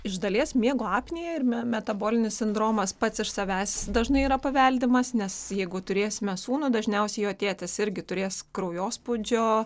iš dalies miego apnėja ir metabolinis sindromas pats iš savęs dažnai yra paveldimas nes jeigu turėsime sūnų dažniausiai jo tėtis irgi turės kraujospūdžio